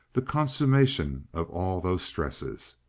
the consummation of all those stresses.